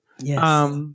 Yes